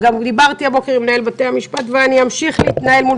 דיברתי הבוקר עם הנהלת בתי המשפט ואני אמשיך להתנהל מול